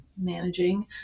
managing